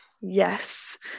yes